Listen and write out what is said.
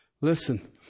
Listen